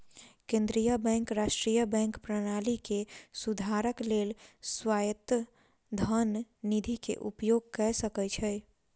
केंद्रीय बैंक राष्ट्रीय बैंक प्रणाली के सुधारक लेल स्वायत्त धन निधि के उपयोग कय सकै छै